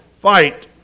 fight